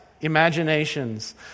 imaginations